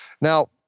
Now